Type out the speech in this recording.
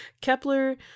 Kepler